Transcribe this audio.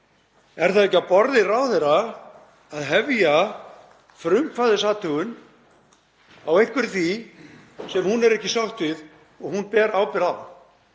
Er það ekki á borði ráðherra að hefja frumkvæðisathugun á einhverju því sem hún er ekki sátt við og hún ber ábyrgð á?